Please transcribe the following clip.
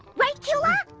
right cula?